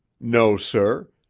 no, sir.